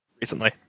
recently